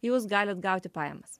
jūs galit gauti pajamas